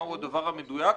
מהו הדבר המדויק,